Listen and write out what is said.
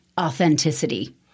authenticity